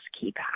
keep